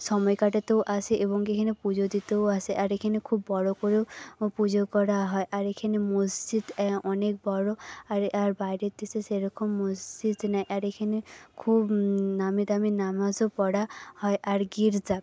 সময় কাটাতেও আসে এবং এখানে পুজো দিতেও আসে আর এখানে খুব বড় করেও পুজো করা হয় আর এখানে মসজিদ অনেক বড় আর আর বাইরের দেশে সেরকম মসজিদ নেই আর এখানে খুব নামিদামি নামাজও পড়া হয় আর গির্জা